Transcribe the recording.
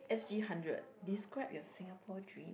S G hundred describe your Singapore dream